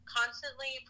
constantly